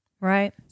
Right